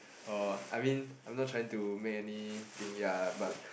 or I mean I'm not trying to make anything ya but